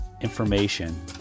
information